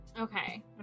Okay